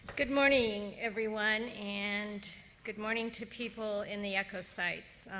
good morning, everyone, and good morning to people in the echo sites.